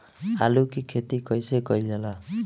आलू की खेती कइसे कइल जाला?